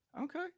Okay